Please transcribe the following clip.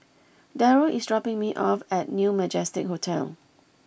Daryl is dropping me off at New Majestic Hotel